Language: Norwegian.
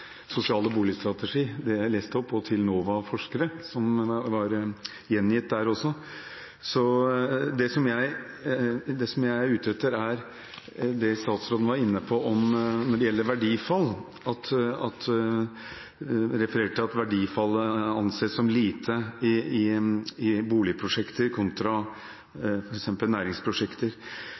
sosiale boligstrategi. Det jeg leste opp, var fra NOVA-forskere som var gjengitt der også. Det som jeg er ute etter, er det statsråden var inne på når det gjelder verdifall, og refererte til at verdifallet anses som lite i boligprosjekter kontra f.eks. næringsprosjekter.